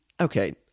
Okay